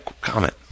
comment